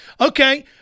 Okay